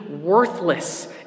worthless